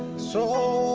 so